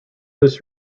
this